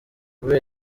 kubera